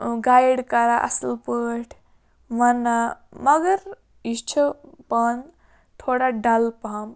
guide کَران اَصٕل پٲٹھۍ وَنان مگر یہِ چھِ پانہٕ تھوڑا ڈَل پَہَم